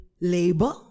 labor